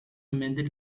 amended